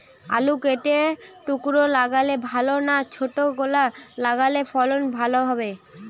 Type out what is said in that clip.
আলু কেটে টুকরো লাগালে ভাল না ছোট গোটা লাগালে ফলন ভালো হবে?